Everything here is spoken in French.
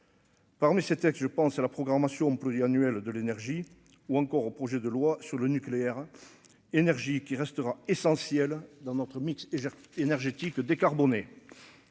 Parmi ces textes, je pense à la programmation pluriannuelle de l'énergie ou encore au projet de loi sur le nucléaire, énergie qui restera essentielle dans notre mix et énergétique décarboné.